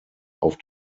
auf